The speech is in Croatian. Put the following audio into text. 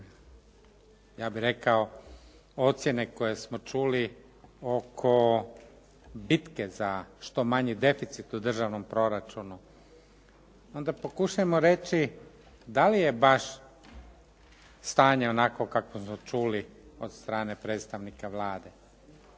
ja bih rekao ocjene koje smo čuli oko bitke za što manji deficit u državnom proračunu onda pokušamo reći da li je baš stanje onakvo kakvo smo čuli od strane predstavnika Vlade